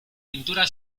pintura